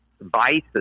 vices